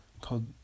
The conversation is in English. called